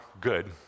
good